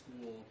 school